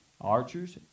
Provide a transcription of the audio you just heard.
Archers